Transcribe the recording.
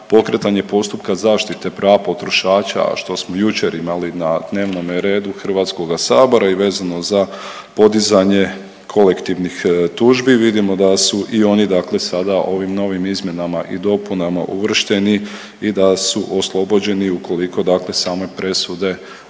pokretanje postupka zaštite prava potrošača, a što smo jučer imali na dnevnome redu HS i vezano za podizanje kolektivnih tužbi, vidimo da su i oni dakle sada ovim novim izmjenama i dopunama uvršteni i da su oslobođeni ukoliko dakle same presude budu i